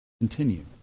continue